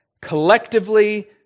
collectively